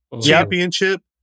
championship